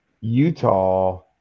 Utah